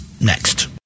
next